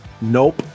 Nope